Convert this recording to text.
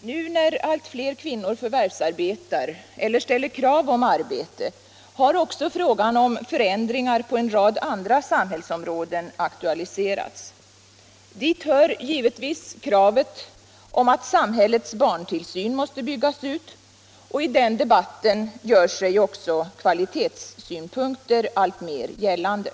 Nu när allt fler människor förvärvsarbetar eller ställer krav på arbete har också frågan om förändringar på en rad andra samhällsområden aktualiserats. Dit hör givetvis kravet på att samhällets barntillsyn måste byggas ut. I den debatten gör sig även kvalitetssynpunkter alltmer gällande.